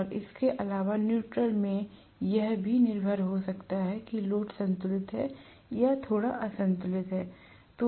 और इसके अलावा न्यूट्रॅल में यह भी निर्भर हो सकता है कि लोड संतुलित है या थोड़ा असंतुलित है